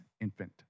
infant